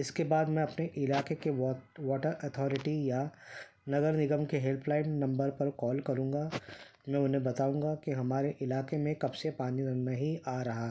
اس کے بعد میں اپنے علاقے کے واٹر اتھورٹی یا نگر نگم کے ہیلپ لائن نمبر پر کال کروں گا میں انہیں بتاؤں گا کہ ہمارے علاقے میں کب سے پانی نہیں آ رہا